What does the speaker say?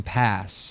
pass